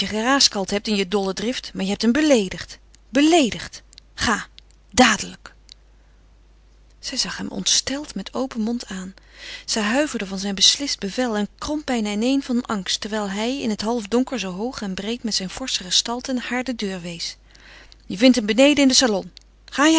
geraaskald hebt in je dolle drift maar je hebt hem beleedigd beleedigd ga dadelijk zij zag hem ontsteld met open mond aan zij huiverde van zijn beslist bevel en kromp bijna ineen van angst terwijl hij in het halfdonker zoo hoog en breed met zijn forsche gestalte haar de deur wees je vindt hem beneden in den salon ga je